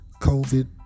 COVID